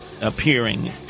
appearing